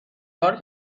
کار